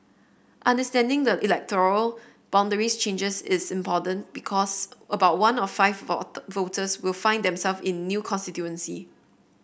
understanding the electoral boundaries changes is important because about one of five voters will find them self in new constituency